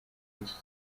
iki